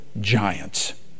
giants